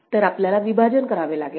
तर आपल्याला विभाजन करावे लागेल